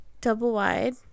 double-wide